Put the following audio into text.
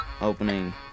opening